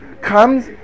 comes